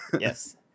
yes